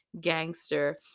gangster